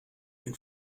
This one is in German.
den